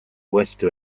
uuesti